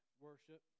worship